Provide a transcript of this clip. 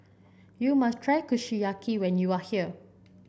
you must try Kushiyaki when you are here